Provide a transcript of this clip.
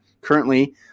Currently